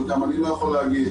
חלקם אני לא יכול להגיד.